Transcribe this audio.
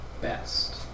best